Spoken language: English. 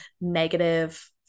negative